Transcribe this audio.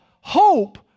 hope